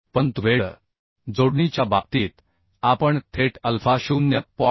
परंतु वेल्ड जोडणीच्या बाबतीत आपण थेट अल्फा 0